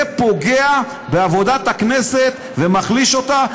זה פוגע בעבודת הכנסת ומחליש אותה,